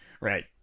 Right